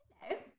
Hello